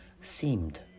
seemed